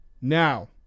Now